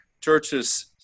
churches